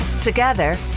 Together